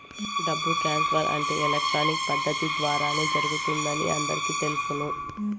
డబ్బు ట్రాన్స్ఫర్ అంటే ఎలక్ట్రానిక్ పద్దతి ద్వారానే జరుగుతుందని అందరికీ తెలుసును